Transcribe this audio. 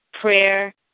prayer